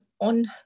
on